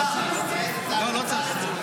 לא, לא צריך.